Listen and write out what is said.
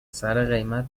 سرقیمت